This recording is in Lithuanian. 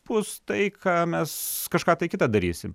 bus tai ką mes kažką tai kitą darysim